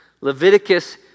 Leviticus